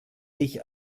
sich